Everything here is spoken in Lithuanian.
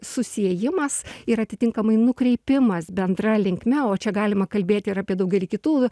susiejimas ir atitinkamai nukreipimas bendra linkme o čia galima kalbėt ir apie daugelį kitų